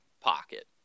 pocket